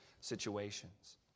situations